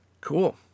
Cool